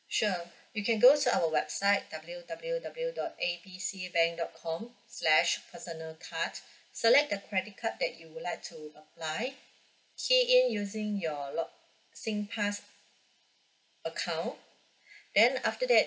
sure you can goes our website W W W dot A B C bank dot com slash personal card select the credit card that you would like to apply key in using your log sing pass account then after that